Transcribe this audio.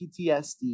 PTSD